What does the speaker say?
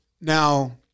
Now